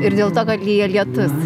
ir dėl to kad lyja lietus